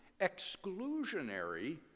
exclusionary